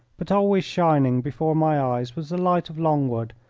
but always shining before my eyes was the light of longwood,